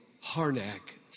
Harnack